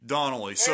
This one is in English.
Donnelly